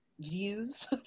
views